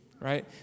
right